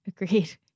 Agreed